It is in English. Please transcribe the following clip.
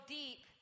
deep